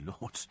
lord